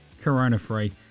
corona-free